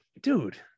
dude